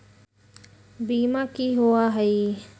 बीमा की होअ हई?